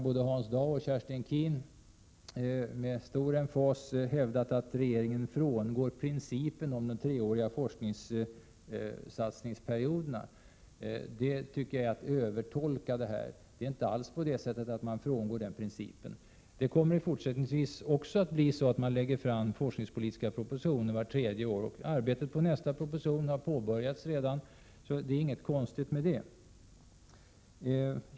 Både Hans Dau och Kerstin Keen har med stor emfas hävdat att regeringen frångår principen om de treåriga perioderna för beslut om forskningsinsatser. Det är att övertolka utskottets skrivning. Det är inte alls så att man frångår principen. Fortsättningsvis kommer man att lägga fram forskningspolitiska propositioner vart tredje år. Arbetet på nästa proposition har redan påbörjats så det är ingenting konstigt med detta.